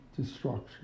destruction